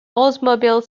oldsmobile